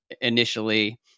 initially